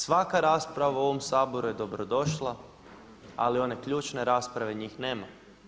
Svaka rasprava u ovom Saboru je dobrodošla ali one ključne rasprave, njih nema.